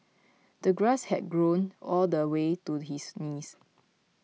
the grass had grown all the way to his knees